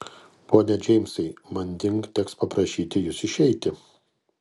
pone džeimsai manding teks paprašyti jus išeiti